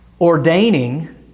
ordaining